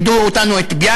לימדו את ביאליק,